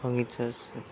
সংগীত চৰ্চা